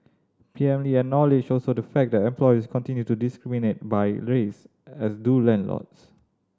P M Lee acknowledged also the fact that employers continue to discriminate by race as do landlords